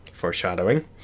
Foreshadowing